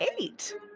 Eight